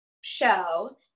show